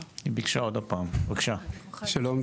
שלום.